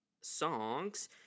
songs